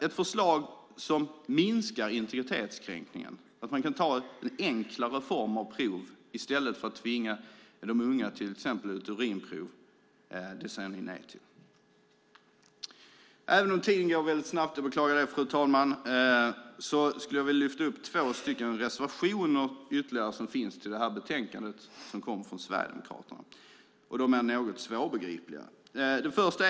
Ett förslag som minskar integritetskränkningen, att man kan ta en enklare form av prov i stället för att tvinga de unga till exempelvis urinprov, säger ni nej till. Jag skulle även vilja lyfta upp ytterligare två reservationer som finns i betänkandet och som kommer från Sverigedemokraterna. Då använder jag ordet svårbegripliga reservationer.